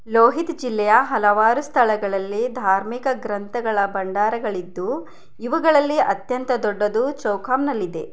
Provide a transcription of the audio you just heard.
ಲೋಹಿತ್ ಜಿಲ್ಲೆಯ ಹಲವಾರು ಸ್ಥಳಗಳಲ್ಲಿ ಧಾರ್ಮಿಕ ಗ್ರಂಥಗಳ ಭಂಡಾರಗಳಿದ್ದು ಇವುಗಳಲ್ಲಿ ಅತ್ಯಂತ ದೊಡ್ಡದು ಚೌಕಾಂನಲ್ಲಿದೆ